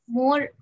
more